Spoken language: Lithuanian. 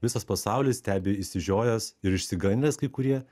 visas pasaulis stebi išsižiojęs ir išsigandęs kai kurie